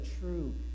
true